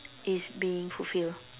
is being fulfilled